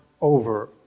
over